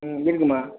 ம் இருக்கும்மா